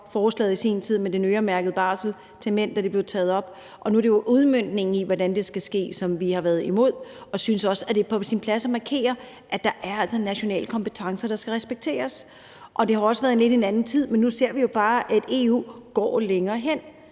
forslaget om den øremærkede barsel til mænd, da det blev behandlet. Nu er det udmøntningen af det, som vi har været imod, og vi synes også, at det er på sin plads at markere, at der altså er nationale kompetencer, der skal respekteres. Det var også lidt en anden tid, men nu ser vi jo bare, at EU går længere.